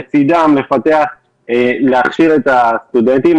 לצידם להכשיר את הסטודנטים.